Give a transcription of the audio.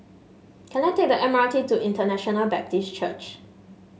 can I take the M R T to International Baptist Church